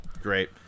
Great